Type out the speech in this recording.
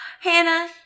Hannah